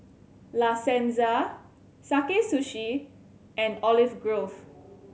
La Senza Sakae Sushi and Olive Grove